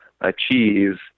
achieve